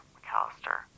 McAllister